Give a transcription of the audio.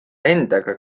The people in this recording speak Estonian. endaga